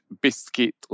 biscuit